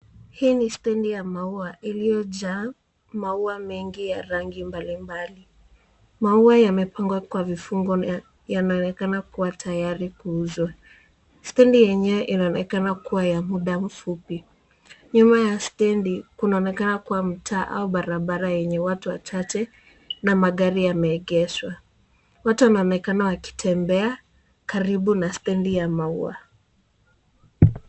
Hii ni stendi ya maua iliyojaa maua mengi ya rangi mbalimbali. Maua yamepangwa kwa vifungo na yanaonekana kuwa tayari kuuzwa. Stendi yenyewe inaonekana kuwa ya muda mfupi. Nyuma ya stendi kunaonekana kuwa mtaa au barabara yenye watu wachache na magari yameegeshwa. Watu wanaonekana wakitembea karibu na stendi ya maua.